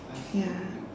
ya